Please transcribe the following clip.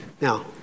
Now